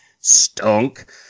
stunk